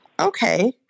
Okay